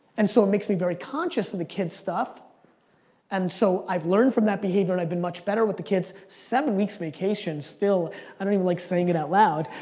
and so it makes me very conscious of the kid stuff and so i've learned from that behavior and i've been much better with the kids. seven weeks vacation, still. i don't even like saying it out loud.